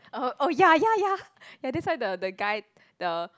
oh oh ya ya ya ya that's why the the guy the